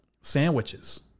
sandwiches